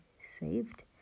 saved